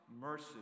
mercy